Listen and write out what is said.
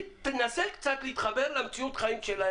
תנסה קצת להתחבר למציאות החיים שלהם.